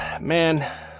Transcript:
man